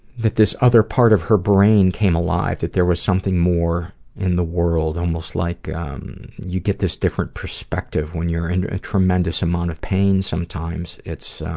that this other part of her brain came alive, that there was something more in the world almost like you get this different perspective when you're in a tremendous amount of pain sometimes, it's